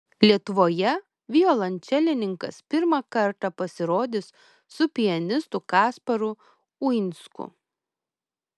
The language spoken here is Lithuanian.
lietuvoje violončelininkas pirmą kartą pasirodys su pianistu kasparu uinsku